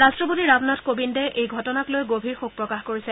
ৰাট্টপতি ৰামনাথ কোবিন্দে এই ঘটনাক লৈ গভীৰ শোক প্ৰকাশ কৰিছে